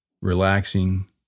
Relaxing